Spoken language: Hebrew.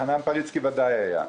חנן פריצקי בוודאי היה.